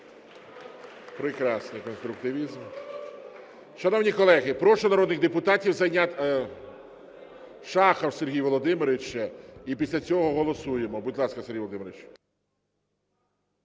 Прекрасний конструктивізм. Шановні колеги, прошу народних депутатів… Шахов Сергій Володимирович. І після цього голосуємо. Будь ласка, Сергій Володимирович.